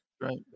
Right